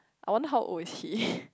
I wonder how old is he